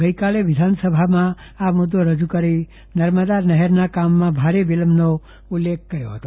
ગઈકાલે વિધાનસભામાં આ મુદ્દો રજુ કરી નર્મદા નહેરના કામમાં ભારે વિલંબનો ઉલ્લેખ કર્યો હતો